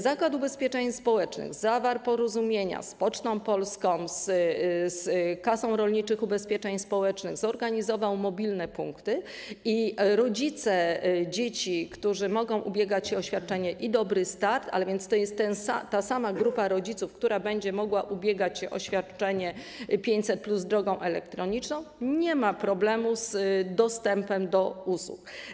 Zakład Ubezpieczeń Społecznych zawarł porozumienia z Pocztą Polską, z Kasą Rolniczego Ubezpieczenia Społecznego, zorganizował mobilne punkty i rodzice dzieci, którzy mogą ubiegać się o świadczenie i „Dobry start”, a więc to jest ta sama grupa rodziców, która będzie mogła ubiegać się o świadczenie 500+ drogą elektroniczną, nie mają problemu z dostępem do usług.